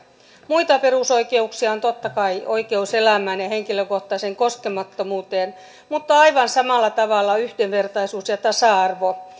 muita perusoikeuksia on totta kai oikeus elämään ja ja henkilökohtaiseen koskemattomuuteen mutta aivan samalla tavalla yhdenvertaisuus ja tasa arvo